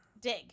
Dig